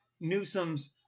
Newsom's